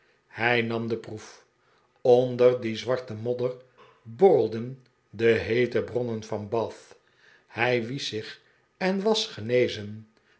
hij nam de proef onder die zwarte modder borrelden de heete bronnen van bath hij wiesch zich en was genezen